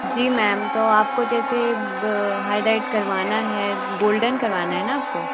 जी ma'am तो आपको जैसे हाईलाइट करवाना है गोल्डन करवाना है ना आपको